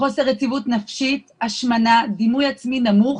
חוסר יציבות נפשי, השמנה, דימוי עצמי נמוך,